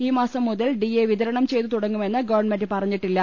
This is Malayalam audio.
ഈ മാസം മുതൽ ഡി എ വിതരണം ചെയ്തു തുടങ്ങുമെന്ന് ഗവണ്മെന്റ് പറഞ്ഞിട്ടില്ല